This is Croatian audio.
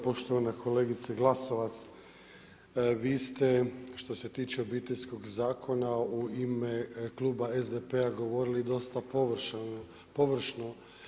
Poštovana kolegice Glasovac, vi ste što se tiče Obiteljskog zakona u ime kluba SDP-a govoriti dosta površno.